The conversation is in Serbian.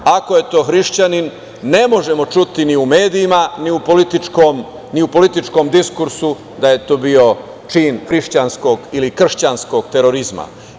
Ako je to hrišćanin, ne možemo čuti ni u medijima, ni u političkom diskursu da je to bio čin hrišćanskog ili kršćanskog terorizma.